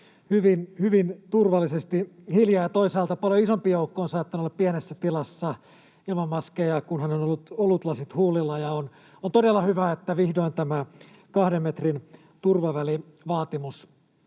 hyvin turvallisesti, hiljaa, ja toisaalta paljon isompi joukko on saattanut olla pienessä tilassa ilman maskeja, kunhan on ollut olutlasi huulilla. On todella hyvä, että vihdoin tämä kahden metrin turvavälivaatimus